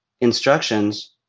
instructions